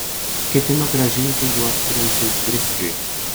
ketinu grąžinti juos princui driskiui